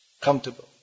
comfortable